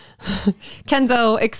Kenzo